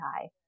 high